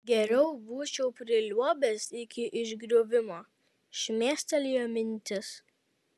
geriau būčiau priliuobęs iki išgriuvimo šmėstelėjo mintis